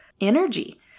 energy